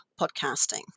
podcasting